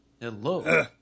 Hello